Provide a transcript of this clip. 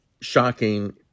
shocking